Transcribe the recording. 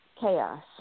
chaos